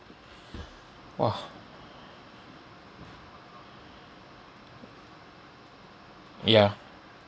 !wah! ya